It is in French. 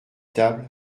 table